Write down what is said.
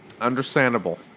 Understandable